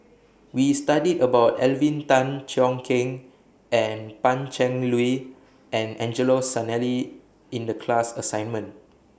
We studied about Alvin Tan Cheong Kheng and Pan Cheng Lui and Angelo Sanelli in The class assignment